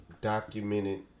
documented